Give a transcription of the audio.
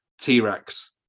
T-Rex